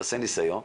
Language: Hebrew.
תעשה ניסיון,